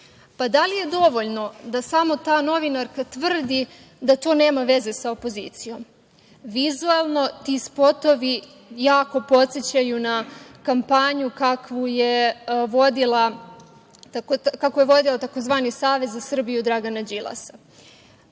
Pa, da li je dovoljno da samo ta novinarka tvrdi da to nema veze sa opozicijom? Vizuelno, ti spotovi jako podsećaju na kampanju kakvu je vodio tzv. Savez za Srbiju Dragana Đilasa.